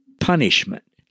punishment